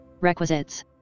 Requisites